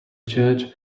church